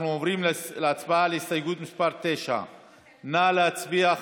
אנחנו עוברים להצבעה על הסתייגות מס' 9. נא להצביע,